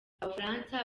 abafaransa